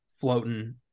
floating